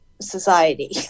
society